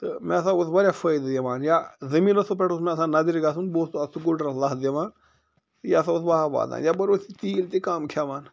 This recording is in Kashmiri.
تہٕ مےٚ ہسا اوس واریاہ فٲیدٕ یِوان یا زٔمیٖنَس اوس پٮ۪ٹھ ہسا اوس مےٚ آسان نظرِ گَژھُن بہٕ اوسُس پتہٕ اَتھ سکوٗٹرَس لَتھ دِوان تہٕ یہِ ہسا اوس واو واتان یَپٲرۍ اوس یہِ تیٖل تہِ کَم کھیٚوان